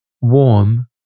warm